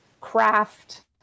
craft